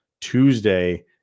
Tuesday